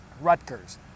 Rutgers